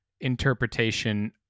interpretation